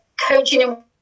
coaching